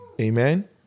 Amen